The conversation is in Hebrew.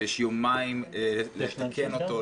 כשיש יומיים לתקן אותו,